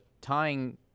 tying